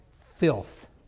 filth